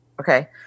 Okay